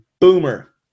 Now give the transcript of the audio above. boomer